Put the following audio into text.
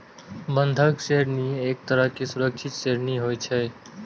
बंधक ऋण एक तरहक सुरक्षित ऋण होइ छै